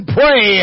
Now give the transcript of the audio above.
pray